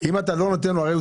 טרם ניתנה הודעה על העיקול.